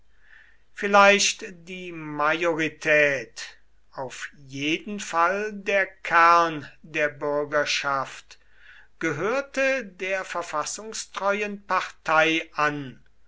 vielleicht die majorität auf jeden fall der kern der bürgerschaft gehörte der verfassungstreuen partei an